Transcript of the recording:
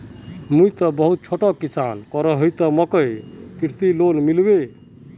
मुई बहुत छोटो किसान करोही ते मकईर कोई कृषि लोन मिलबे?